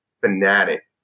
fanatic